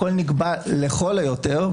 הכול נקבע לכל היותר,